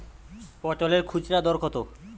পটলের খুচরা দর কত?